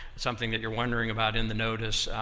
something that you're wondering about in the notice,